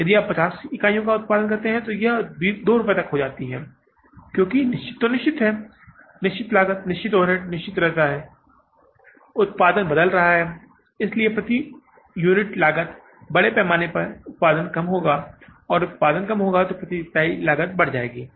और यदि आप 200 यूनिट्स की निर्धारित लागत का निर्माण करते हैं तो ओवरहेड लागत घटकर 50 पैसे प्रति यूनिट तक आ जाएगी क्योंकि निश्चित तो निश्चित है निश्चित लागत निश्चित ओवरहेड निश्चित रहता है उत्पादन बदल रहा है इसलिए प्रति यूनिट लागत बड़े पैमाने के उत्पादन में कम होगा और उत्पादन कम होगा तो प्रति इकाई लागत बढ़ जाएगी